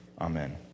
Amen